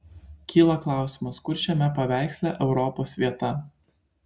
kyla klausimas kur šiame paveiksle europos vieta